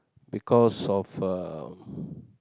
because of uh